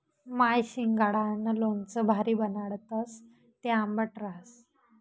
माय शिंगाडानं लोणचं भारी बनाडस, ते आंबट रहास